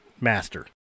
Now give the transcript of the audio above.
master